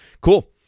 cool